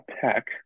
Tech